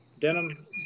Denim